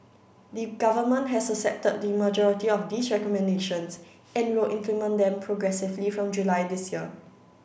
the Government has accepted the majority of these recommendations and will implement them progressively from July this year